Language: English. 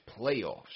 playoffs